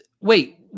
wait